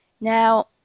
Now